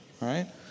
right